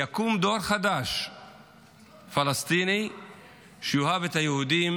יקום דור חדש פלסטיני שיאהב את היהודים